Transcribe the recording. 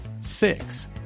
six